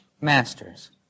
masters